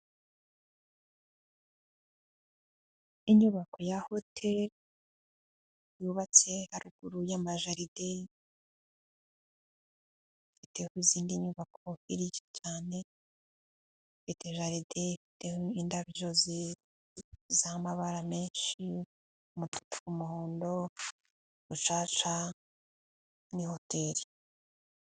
Inyubako ya hoteli yubatse haruguru y'amajaride, ifite izindi nyubako nyinshi cyane, ifite jaride, indabyo z'amabara menshi, umutuku, umuhondo, urucaca, ni hotel.